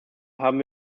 haben